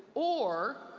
or,